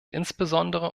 insbesondere